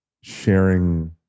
sharing